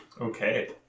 Okay